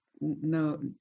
No